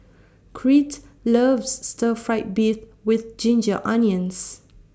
Crete loves Stir Fry Beef with Ginger Onions